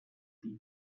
pose